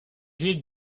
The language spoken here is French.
villes